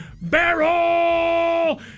Barrel